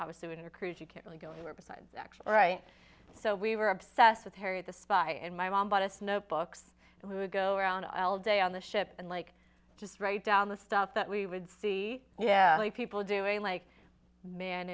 i was doing a cruise you can't really go anywhere besides actually right so we were obsessed with harriet the spy and my mom bought us notebooks and we would go around a while day on the ship and like just write down the stuff that we would see yeah people doing like man